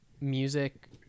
music